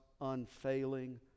unfailing